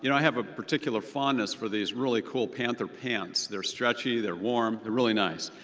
you know i have a particular fondness for these really cool panther pants, they're stretchy, they're warm, they're really nice.